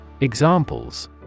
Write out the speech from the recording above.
Examples